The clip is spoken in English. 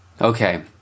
Okay